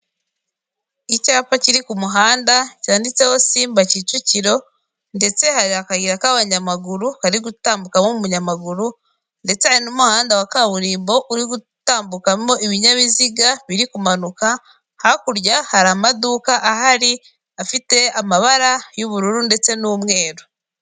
Icyapa kiri ku muhanda cyanditseho simba Kicukiro ndetse hari akayira k'abanyamaguru kari gutambukamo umuyamaguru ndetse hari n'umuhanda wa kaburimbo uri gutambukamo ibinyabiziga biri kumanuka, hakurya hari amaduka ahari afite amabara y'ubururu ndetse n'umweru.